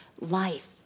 life